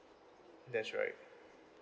that's right